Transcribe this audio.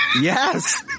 Yes